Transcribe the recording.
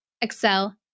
Excel